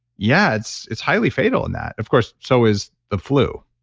yeah, it's it's highly fatal in that. of course, so is the flu